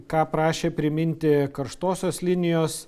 ką prašė priminti karštosios linijos